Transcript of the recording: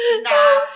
No